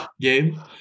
game